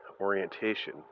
orientation